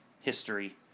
history